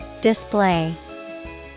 Display